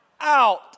out